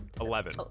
Eleven